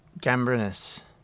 Gambrinus